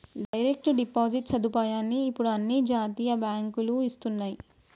direct deposit సదుపాయాన్ని ఇప్పుడు అన్ని జాతీయ బ్యేంకులూ ఇస్తన్నయ్యి